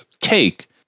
take